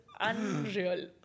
unreal